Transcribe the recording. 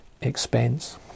expense